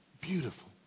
Beautiful